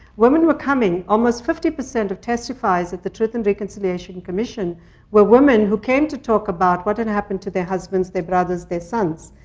women were coming. almost fifty percent of testifiers at the truth and reconciliation commission were women who came to talk about what had and happened to their husbands, their brothers, their sons.